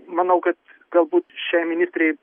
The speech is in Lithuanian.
manau kad galbūt šiai ministrei